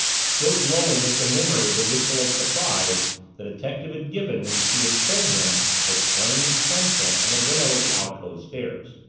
still glowing with the memory of the whistle of surprise the detective had given when she had shown him the strange thumbprint on the rail of the alcove stairs.